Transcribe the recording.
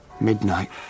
Midnight